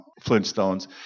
flintstones